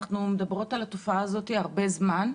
אנחנו מדברות על התופעה הזאת הרבה זמן.